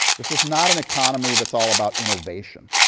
this is not an economy that's all about innovation.